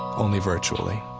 only virtually.